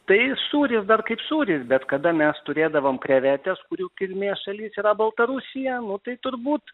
tai sūris dar kaip sūris bet kada mes turėdavom krevetes kurių kilmės šalis yra baltarusija nu tai turbūt